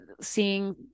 seeing